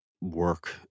work